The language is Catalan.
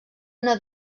una